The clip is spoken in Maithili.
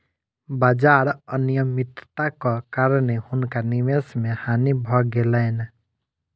बाजार अनियमित्ताक कारणेँ हुनका निवेश मे हानि भ गेलैन